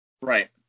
Right